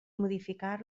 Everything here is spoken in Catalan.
modificar